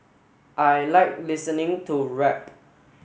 I like listening to rap